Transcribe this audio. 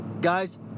Guys